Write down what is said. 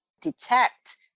detect